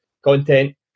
content